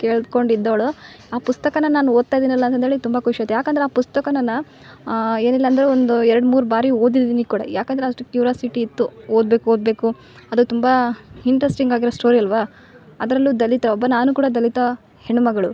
ಕೇಳ್ಕೊಂಡಿದ್ದೋಳು ಆ ಪುಸ್ತಕನ ನಾನು ಓದ್ತಾಯಿದಿನಲ್ಲ ಅಂದ್ಹೇಳಿ ತುಂಬ ಖುಷಿ ಇತ್ತು ಯಾಕಂದರೆ ಆ ಪುಸ್ತಕನ ಏನಿಲ್ಲ ಅಂದರೂ ಒಂದು ಎರಡು ಮೂರು ಬಾರಿ ಓದಿದ್ದೀನಿ ಕೂಡ ಯಾಕಂದರೆ ಅಷ್ಟು ಕ್ಯೂರ್ಯಾಸಿಟಿ ಇತ್ತು ಓದ್ಬೇಕು ಓದಬೇಕು ಅದು ತುಂಬಾ ಇಂಟ್ರೆಸ್ಟಿಂಗ್ ಆಗಿರೋ ಸ್ಟೋರಿ ಅಲ್ಲವಾ ಅದರಲ್ಲೂ ದಲಿತ ಒಬ್ಬ ನಾನು ಕೂಡ ದಲಿತ ಹೆಣ್ಮಗಳು